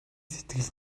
сэтгэл